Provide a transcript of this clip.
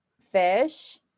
Fish